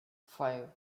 five